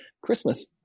Christmas